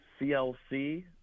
CLC